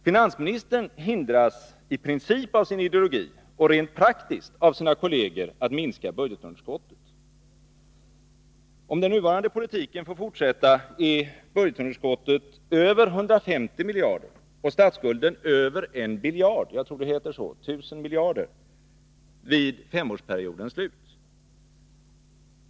Finansministern hindras i princip av sin ideologi, och rent praktiskt av sina kolleger, från att minska budgetunderskottet. Om den nuvarande politiken får fortsätta, är budgetunderskottet över 150 miljarder och statsskulden över en biljard — jag tror det heter så, ett tusen miljarder — vid femårsperiodens slut.